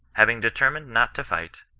having determined not to fight,